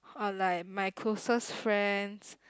or like my closet friends